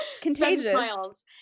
Contagious